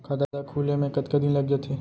खाता खुले में कतका दिन लग जथे?